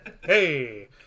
hey